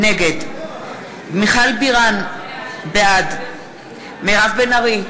נגד מיכל בירן, בעד מירב בן ארי,